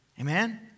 Amen